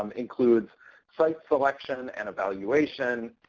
um includes site selection and evaluation,